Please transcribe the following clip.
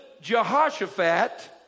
Jehoshaphat